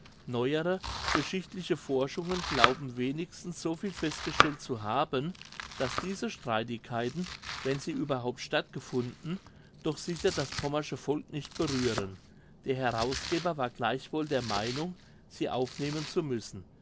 neuere geschichtliche forschungen glauben wenigstens so viel festgestellt zu haben daß diese streitigkeiten wenn sie überhaupt stattgefunden doch sicher das pommersche volk nicht berühren der herausgeber war gleichwohl der meinung sie aufnehmen zu müssen